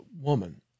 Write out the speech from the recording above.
woman